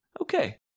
Okay